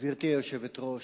גברתי היושבת-ראש,